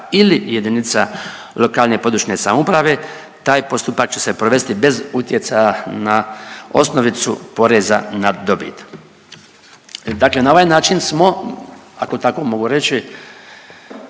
ili jedinica lokalne i područne samouprave taj postupak će se provesti bez utjecaja na osnovicu poreza na dobit. Dakle na ovaj način smo, ako tako mogu reći,